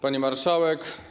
Pani Marszałek!